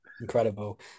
Incredible